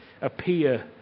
appear